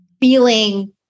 feeling